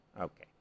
Okay